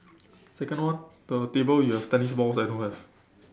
second one the table you have tennis balls I don't have